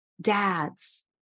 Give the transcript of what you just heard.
dads